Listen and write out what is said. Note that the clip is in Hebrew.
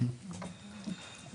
אני